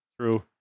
True